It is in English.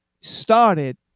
started